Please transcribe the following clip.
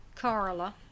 Carla